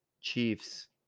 Chiefs